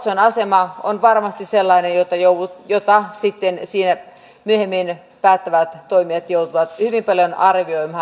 otson asema on varmasti sellainen jota sitten siinä myöhemmin päättävät toimijat joutuvat hyvin paljon arvioimaan